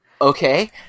Okay